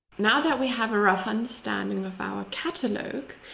now that we have a rough understanding of of our catalogue,